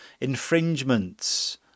infringements